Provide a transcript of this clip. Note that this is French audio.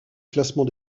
classement